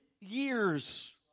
years